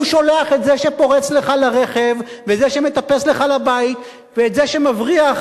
הוא שולח את זה שפורץ לך לרכב וזה שמטפס לך לבית ואת זה שמבריח